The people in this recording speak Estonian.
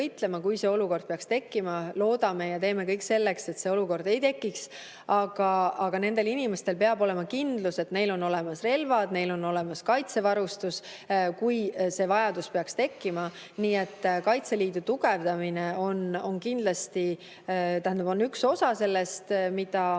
kui see olukord peaks tekkima. Loodame seda ja teeme kõik selleks, et seda olukorda ei tekiks. Aga nendel inimestel peab olema kindlus, et neil on olemas relvad, neil on olemas kaitsevarustus, kui see vajadus peaks tekkima. Nii et Kaitseliidu tugevdamine on üks osa sellest, mida